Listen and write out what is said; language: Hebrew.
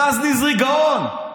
רז נזרי גאון.